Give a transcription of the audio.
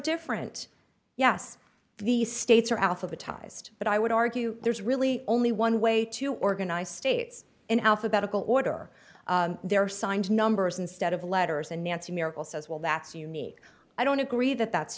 different yes the states are alphabetised but i would argue there's really only one way to organize states in alphabetical order there are signed numbers instead of letters and nancy miracle says well that's unique i don't agree that that's